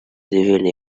divine